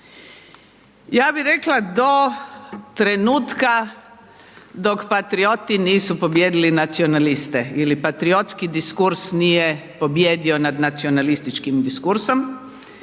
Ja bih rekla do trenutka dok patrioti nisu pobijedili nacionaliste. Ili patriotski diskurs nije pobijedio nad nacionalističkim diskursom.